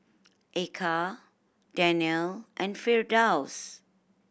Eka Daniel and Firdaus